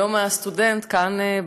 יום הסטודנט כאן,